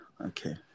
okay